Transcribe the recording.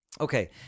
Okay